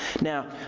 Now